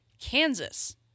Kansas